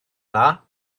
dda